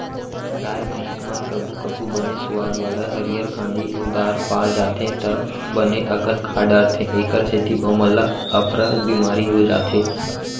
गाय भईंस मन कभू कभू बने सुवाद वाला हरियर कांदी अउ दार पा जाथें त बने अकन खा डारथें एकर सेती ओमन ल अफरा बिमारी हो जाथे